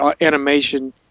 animation